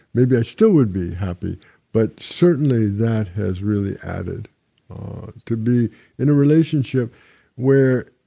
maybe i still would be happy but certainly, that has really added to be in a relationship where,